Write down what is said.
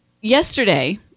yesterday